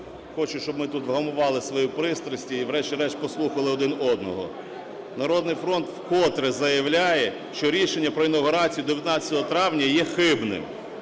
хочу, щоб ми тут вгамували свої пристрасті і, врешті-решт, послухали один одного. "Народний фронт" вкотре заявляє, що рішення про інавгурацію 19 травня є хибним.